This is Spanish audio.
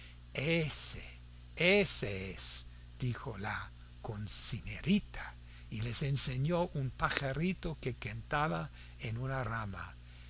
es dijo la cocinerita y les enseñó un pajarito que cantaba en una rama